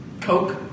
Coke